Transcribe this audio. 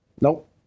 Nope